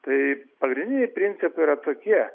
tai pagrindiniai principai yra tokie